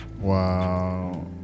wow